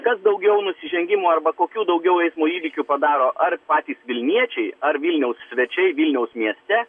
kas daugiau nusižengimų arba kokių daugiau eismo įvykių padaro ar patys vilniečiai ar vilniaus svečiai vilniaus mieste